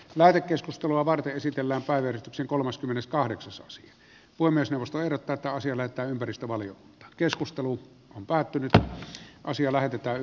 lähetekeskustelua varten sisällä päivystyksen kolmaskymmeneskahdeksas se voi myös nousta eri rataosille että ympäristövalio keskustelu on päättynyt ja asia lähetetään